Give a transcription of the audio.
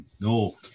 no